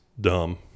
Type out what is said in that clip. dumb